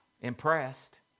impressed